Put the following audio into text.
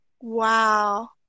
Wow